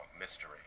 mystery